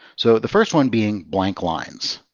so the first one being blank lines.